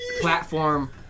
platform